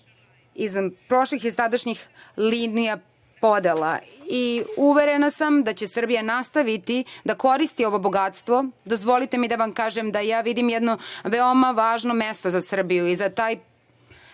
izvan prošlih i sadašnjih linija podela. Uverena sam da će Srbija nastaviti da koristi ovo bogatstvo. Dozvolite mi da vam kažem da ja vidim jedno veoma važno mesto za Srbiju i za taj